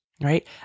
right